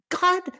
God